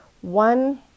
One